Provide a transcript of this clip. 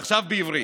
ועכשיו בעברית.